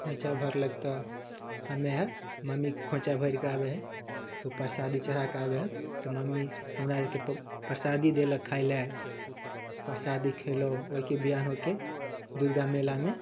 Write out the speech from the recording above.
खोँइछा भरलक तऽ हमे आर मम्मी खोँइछा भरिकऽ आबै हइ तऽ परसादी चढ़ाकऽ आबै हइ तऽ मम्मी हमरा आरके परसादी देलक खाइलए परसादी खएलहुँ ओहिके बिहान होके दुरगा मेलामे